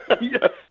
Yes